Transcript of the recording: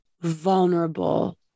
vulnerable